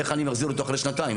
איך אני מחזיר אותו אחרי שנתיים?